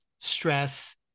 stress